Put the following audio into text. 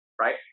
right